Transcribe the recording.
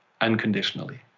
unconditionally